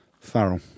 Farrell